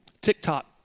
TikTok